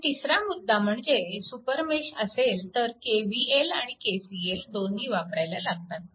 आणि तिसरा मुद्दा म्हणजे सुपरमेश असेल तर KVL आणि KCL दोन्ही वापरायला लागतात